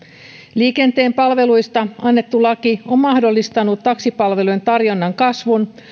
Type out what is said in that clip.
liikenteen palveluista annettu laki on mahdollistanut taksipalvelujen tarjonnan kasvun